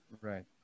Right